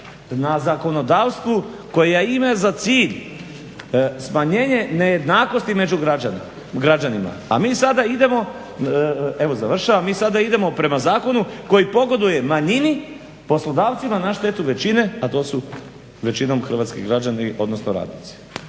na zakonodavstvu koje ima za cilj smanjenje nejednakosti među građanima. A mi sada idemo, evo završavam, mi sada idemo prema zakonu koji pogoduje manjini, poslodavcima, na štetu većine, a to su većinom hrvatski građani, odnosno radnici.